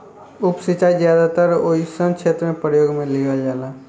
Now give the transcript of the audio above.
उप सिंचाई ज्यादातर ओइ सन क्षेत्र में प्रयोग में लिहल जाला